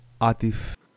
Atif